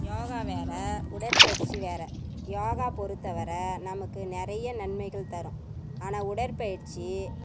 யோகா வேறு உடற்பயிற்சி வேறு யோகா பொறுத்த வர நமக்கு நிறைய நன்மைகள் தரும் ஆனால் உடற்பயிற்சி